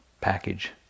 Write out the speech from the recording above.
package